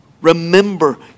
Remember